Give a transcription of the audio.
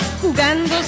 jugando